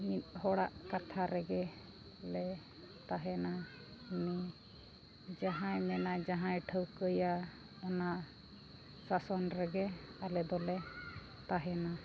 ᱢᱤᱫ ᱦᱚᱲᱟᱜ ᱠᱟᱛᱷᱟ ᱨᱮᱜᱮ ᱞᱮ ᱛᱟᱦᱮᱱᱟ ᱩᱱᱤ ᱡᱟᱦᱟᱸᱭ ᱢᱮᱱᱟ ᱡᱟᱦᱟᱸᱭ ᱴᱷᱟᱹᱣᱠᱟᱹᱭᱟ ᱚᱱᱟ ᱥᱟᱥᱚᱱ ᱨᱮᱜᱮ ᱟᱞᱮ ᱫᱚᱞᱮ ᱛᱟᱦᱮᱱᱟ